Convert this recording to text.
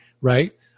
right